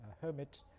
hermit